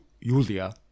Yulia